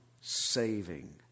saving